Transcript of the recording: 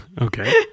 Okay